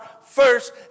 first